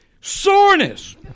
Soreness